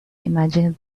imagine